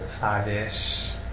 Five-ish